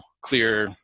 clear